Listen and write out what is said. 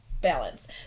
balance